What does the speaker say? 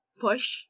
push